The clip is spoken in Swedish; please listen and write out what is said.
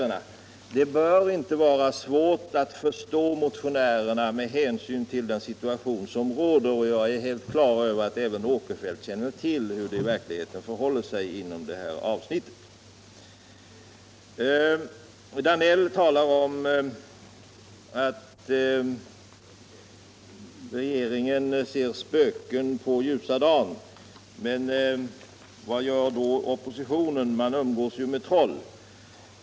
Det bör emellertid inte vara svårt att förstå motionärerna med hänsyn till den rådande situationen. Jag är på det klara med att även herr Åkerfeldt känner till hur det i verkligheten förhåller sig inom detta avsnitt. Herr Danell talade om att regeringen ser spöken på ljusa dagen. Men vad gör då oppositionen? Jo, den umgås med troll.